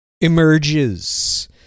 emerges